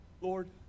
Lord